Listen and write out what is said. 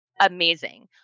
amazing